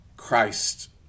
Christ